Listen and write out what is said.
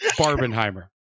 Barbenheimer